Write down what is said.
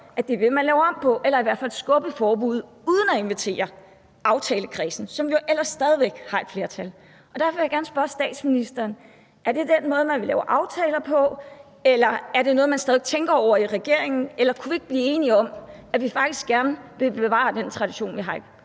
at det vil man lave om på eller i hvert fald skubbe forbuddet uden at invitere aftalekredsen, som jo ellers stadig væk har et flertal. Derfor vil jeg gerne spørge statsministeren om noget: Er det den måde, man vil lave aftaler på, eller er det noget, man stadig væk tænker over i regeringen, eller kunne vi ikke blive enige om, at vi faktisk gerne vil bevare den tradition, vi har